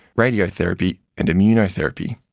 radiotherapy and immunotherapy.